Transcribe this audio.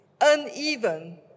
Uneven